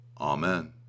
Amen